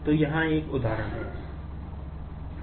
तो यहाँ एक उदाहरण है